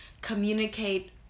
communicate